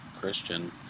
Christian